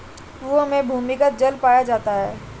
कुएं में भूमिगत जल पाया जाता है